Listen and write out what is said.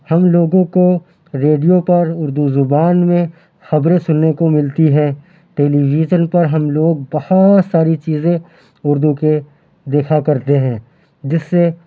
ہم لوگوں کو ریڈیو پر اُردو زبان میں خبریں سُننے کو ملتی ہیں ٹیلی ویزن پر ہم لوگ بہت ساری چیزیں اُردو کے دیکھا کرتے ہیں جس سے